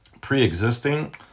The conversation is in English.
pre-existing